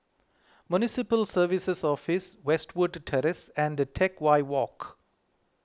Municipal Services Office Westwood Terrace and Teck Whye Walk